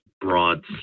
broad